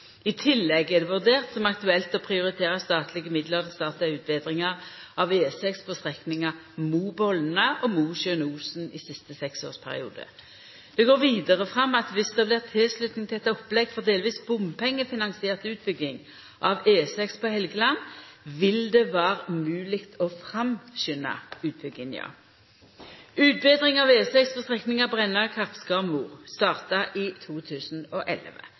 i siste seksårsperiode. I tillegg er det vurdert som aktuelt å prioritera statlege midlar til å starta utbetringa av E6 på strekninga Mo–Bolna og Mosjøen–Osen i siste seksårsperiode. Det går vidare fram at dersom det blir tilslutning til eit opplegg for delvis bompengefinansiert utbygging av E6 på Helgeland, vil det vera mogleg å framskunda utbygginga. Utbetring av E6 på strekninga Brenna–Kapskarmo starta i 2011. Arbeida blir vidareførte i